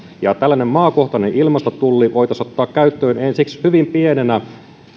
tällainen maakohtainen ilmastotulli voitaisiin ottaa käyttöön ensiksi hyvin pienenä